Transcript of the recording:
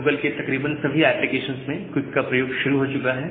Google के तकरीबन सभी एप्लीकेशंस में क्विक का प्रयोग शुरु हो चुका है